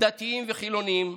דתיים וחילונים,